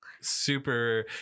super